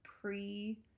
pre